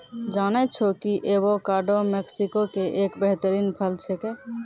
जानै छौ कि एवोकाडो मैक्सिको के एक बेहतरीन फल छेकै